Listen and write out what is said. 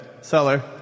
Seller